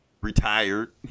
retired